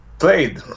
played